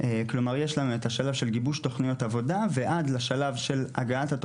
26 נרצחים, עוד שלושה נרצחים ב- 24 השעות